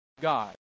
God